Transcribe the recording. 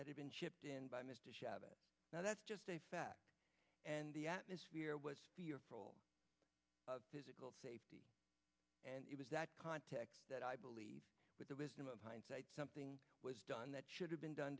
had been shipped in by mr chavez now that's just a fact and the atmosphere was fearful of physical safety and it was that context that i believe with the wisdom of hindsight something was done that should have been done